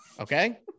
Okay